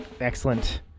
excellent